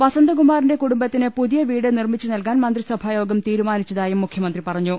വസന്ത കുമാറിന്റെ കുടുംബത്തിന് പുതിയ വീട് നിർമ്മിച്ച് നൽകാൻ മന്ത്രിസഭായോഗം തീരുമാനിച്ചതായും മുഖ്യമന്ത്രി പറഞ്ഞു